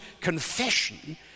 confession